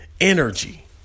energy